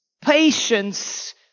patience